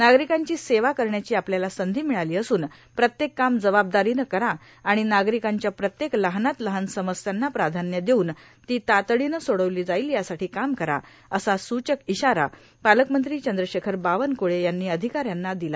नार्गारकांची सेवा करण्याची आपल्याला संधी ्मिळालां असून प्रत्येक काम जबाबदारांन करा आणण नार्गारकांच्या प्रत्येक लहानात लहान समस्यांना प्राधान्य देउन ती तातडीन सोर्डावलो जाईल यासाठो काम करा असा सूचक इशारा पालकमंत्री चंद्रशेखर बावनक्ळे यांनी र्आधका यांना दिला